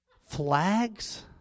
Flags